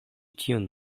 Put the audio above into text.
tiun